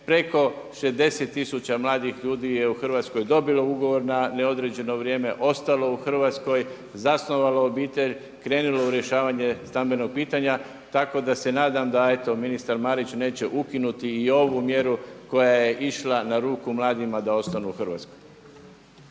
Preko 60 tisuća mladih ljudi je u Hrvatskoj dobilo ugovor na neodređeno vrijeme, ostalo u Hrvatskoj, zasnovalo obitelj, krenulo u rješavanje stambenog pitanja tako da se nadam da eto ministar Marić neće ukinuti i ovu mjeru koja je išla na ruku mladima da ostanu u Hrvatskoj.